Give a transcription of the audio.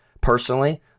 personally